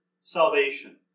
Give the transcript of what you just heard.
salvation